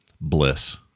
bliss